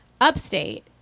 upstate